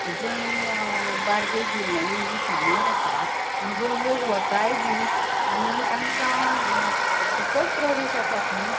जंय बार्देश जिल्ल्यांनी जी फामाद आसा आनी जंय लोक वताय बी आनी तांकां फुकट प्रवेश आसा थंय